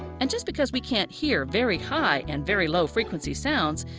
and just because we can't hear very high and very low frequency sounds,